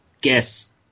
guess